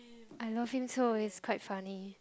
I love him so he's quite funny